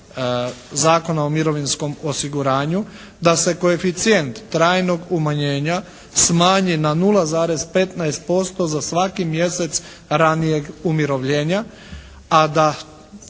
Zakona o mirovinskom osiguranju da se koeficijent trajnog umanjenja smanji na 0,15% za svaki mjesec ranijeg umirovljenja, a da